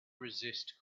resist